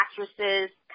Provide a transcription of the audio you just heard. actresses